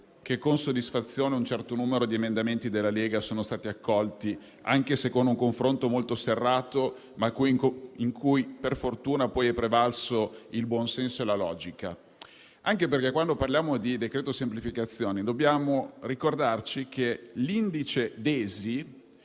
che, con soddisfazione, un certo numero di emendamenti della Lega è stato accolto, anche se con un confronto molto serrato in cui sono prevalsi il buon senso e la logica. Quando parliamo di decreto semplificazioni, infatti, dobbiamo ricordare che l'indice DESI